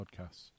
podcasts